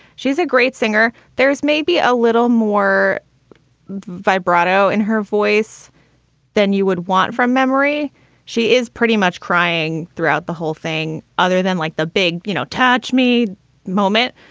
she's a great singer. there is maybe a little more vibrato in her voice than you would want from memory she is pretty much crying throughout the whole thing. other than like the big, you know, touch me moment.